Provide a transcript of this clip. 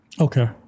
okay